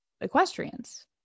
equestrians